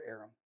Aram